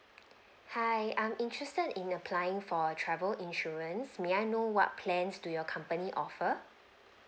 hi I'm interested in applying for travel insurance may I know what plans do your company offer